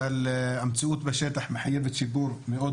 אבל המציאות בשטח מחייבת שיפור מאוד